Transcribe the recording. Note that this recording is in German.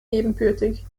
ebenbürtig